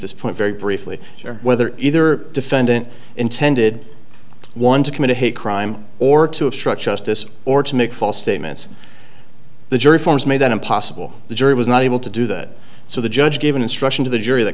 this point very briefly whether either defendant intended one to commit a hate crime or to obstruct justice or to make false statements the jury forms made that impossible the jury was not able to do that so the judge gave an instruction to the jury that